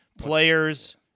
players